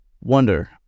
Wonder